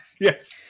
Yes